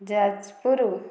Jajpur